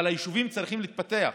אבל היישובים צריכים להתפתח.